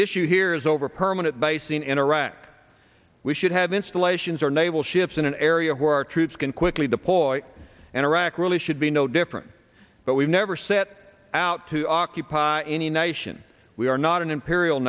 issue here is over permanent basing in iraq we should have installations or naval ships in an area where our troops can quickly the poit and iraq really should be no different but we never set out to occupy any nation we are not an imperial